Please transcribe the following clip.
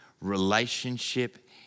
Relationship